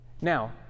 Now